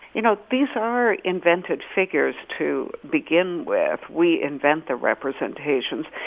you know, these are invented figures to begin with. we invent the representations.